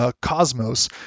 Cosmos